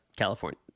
California